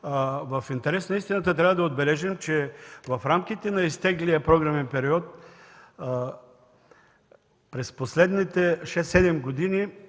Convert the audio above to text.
В интерес на истината трябва да отбележим, че в рамките на изтеклия програмен период през последните 6-7 години